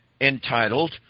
entitled